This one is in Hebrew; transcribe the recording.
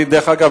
דרך אגב,